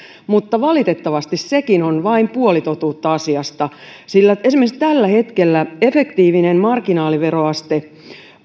valitettavasti sekin on vain puoli totuutta asiasta sillä esimerkiksi tällä hetkellä efektiivinen marginaaliveroaste